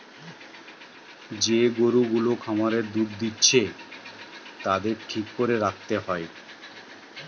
যে গরু গুলা খামারে দুধ দিতেছে তাদের ঠিক করে রাখতে হয়